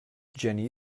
jenny